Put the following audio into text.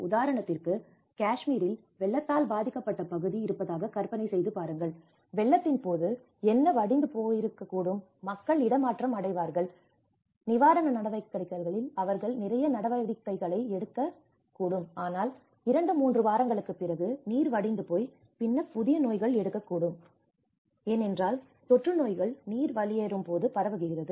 உதாரணத்திற்கு காஷ்மீரில் வெள்ளத்தால் பாதிக்கப்பட்ட பகுதி இருப்பதாக கற்பனை செய்து பாருங்கள் வெள்ளத்தின் போது என்ன வடிந்து போயிருக்க கூடும் மக்கள் இடமாற்றம் அடைவார்கள் நிவாரண நடவடிக்கைகளில் அவர்கள் நிறைய நடவடிக்கைகளை எடுக்க எடுக்கக் கூடும் ஆனால் இரண்டு மூன்று வாரங்களுக்குப் பிறகு நீர் வடிந்து போய் பின்னர் புதிய நோய்கள் எடுக்கக்கூடும் எடுக்கக்கூடும் வரலாம் ஏனெனில் தொற்று நோய்கள் நீர் வெளியேறும் போது பரவுகிறது